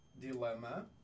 dilemma